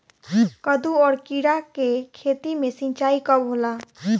कदु और किरा के खेती में सिंचाई कब होला?